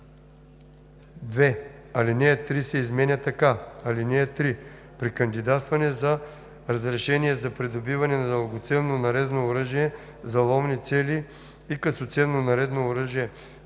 2. Алинея 3 се изменя така: „(3) При кандидатстване за разрешение за придобиване на дългоцевно нарезно оръжие за ловни цели и късоцевно нарезно оръжие